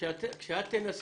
שתנמק